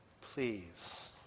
Please